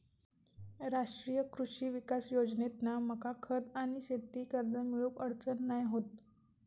राष्ट्रीय कृषी विकास योजनेतना मका खत आणि शेती कर्ज मिळुक अडचण नाय होत